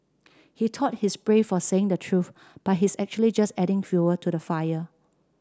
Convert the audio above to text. he thought he's brave for saying the truth but he's actually just adding fuel to the fire